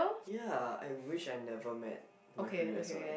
ya I wish I never met my previous one